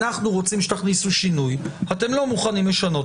אנחנו רוצים שתכניסו שינוי, אתם לא מוכנים לשנות?